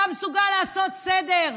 אתה מסוגל לעשות סדר?